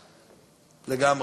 לגמרי.